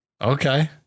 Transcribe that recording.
Okay